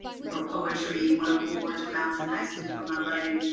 wrote poetry, won awards when i was in high school for my writing,